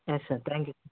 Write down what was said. yes sir thank you